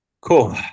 cool